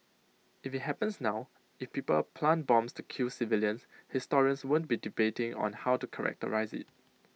if IT happens now if people plant bombs to kill civilians historians won't be debating on how to characterise IT